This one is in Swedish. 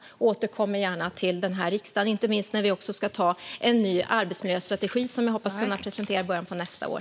Jag återkommer gärna till riksdagen, inte minst när vi ska anta en ny arbetsmiljöstrategi, som jag hoppas kunna presentera i början av nästa år.